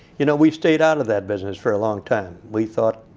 you know, we stayed out of that business for a long time. we thought,